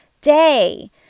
day